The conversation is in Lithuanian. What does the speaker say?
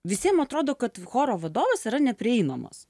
visiem atrodo kad choro vadovas yra neprieinamas